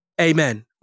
Amen